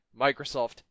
microsoft